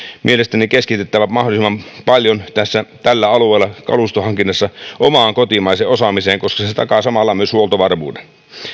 mielestäni keskityttävä mahdollisimman paljon tällä alueella kalustohankinnassa omaan kotimaiseen osaamiseen koska se takaa samalla myös huoltovarmuuden